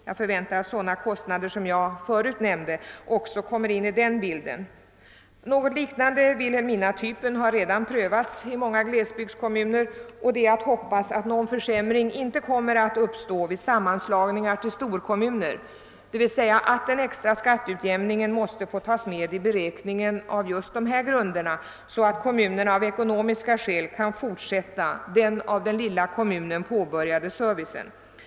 Jag förväntar att sådana kostnader som jag här nämnt också kommer in i den bilden. Något liknande Vilhelminatypen har redan prövats i många glesbygdskommuner, och det är att hoppas, att någon försämring inte kommer att uppstå vid sammanslagning till storkommuner, d.v.s. att den extra skatteutjämningen måste få tas med i beräkningen av just de här grunderna, så att kommunerna ej av ekonomiska skäl hindras fortsätta den av den lilla kommunen påbörjade servicen.